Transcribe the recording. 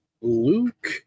Luke